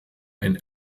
ein